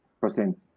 percent